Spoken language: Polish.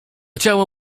ciało